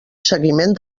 seguiment